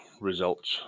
results